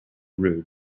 rude